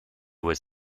was